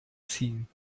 ziehen